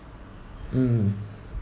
mm